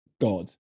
God